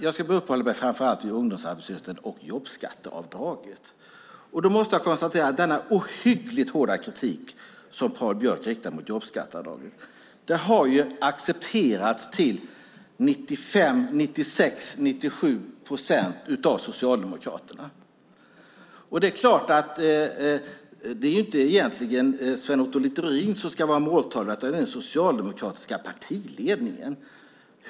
Jag ska uppehålla mig framför allt vid ungdomsarbetslösheten och jobbskatteavdraget, och då måste jag konstatera att den ohyggligt hårda kritik som Patrik Björck riktar mot jobbskatteavdraget har accepterats till 95, 96 eller 97 procent av Socialdemokraterna. Det är egentligen inte Sven Otto Littorin som ska vara måltavla, utan det är den socialdemokratiska partiledningen.